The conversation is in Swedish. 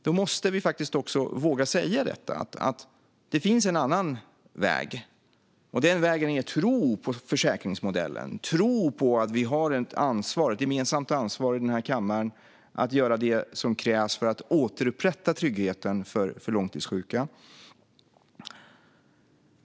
Vi måste våga säga detta: Det finns en annan väg, och den vägen är att tro på försäkringsmodellen och tro på att vi har ett gemensamt ansvar i denna kammare för att göra det som krävs för att återupprätta tryggheten för långtidssjuka.